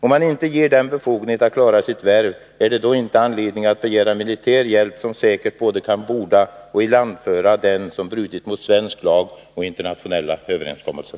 Om man inte ger den befogenhet att klara sitt värv, är det då inte anledning att begära hjälp av militär, som säkert kan både borda och ilandföra dem som brutit mot svensk lag och internationella överenskommelser?